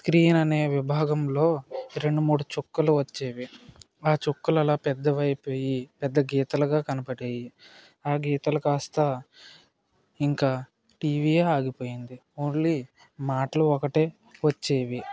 screen అనే విభాగంలో రెండు మూడు చుక్కలు వచ్చేవి చుక్కలలా పెద్దవైపోయి పెద్ద గీతలాగా కనపడేవి ఆ గీతలు కాస్త ఇంకా టీవీయే ఆగిపోయింది ఓన్లీ మాటలు ఒకటే వచ్చేవి